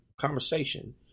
conversation